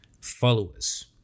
followers